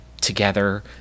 together